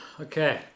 okay